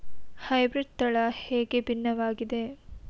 Hybrid ತಳಿ ಹೇಗೆ ಭಿನ್ನವಾಗಿದೆ?